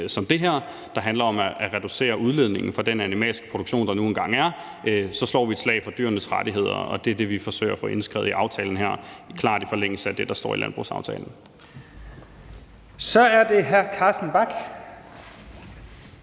som det her, der handler om at reducere udledningen fra den animalske produktion, der nu engang er, så slår et slag for dyrenes rettigheder. Det er det, vi forsøger at få indskrevet i aftalen her, og det er klart i forlængelse af det, der står i landbrugsaftalen. Kl. 14:58 Første